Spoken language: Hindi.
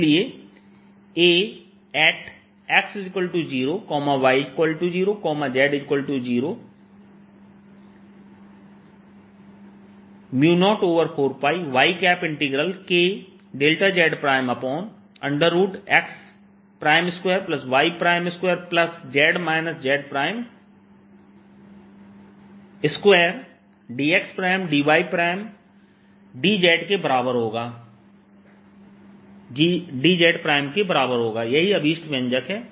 इसलिए Ax0y0z0 04πyKδzx2y2z z2dxdydz के बराबर होगा यही अभीष्ट व्यंजक है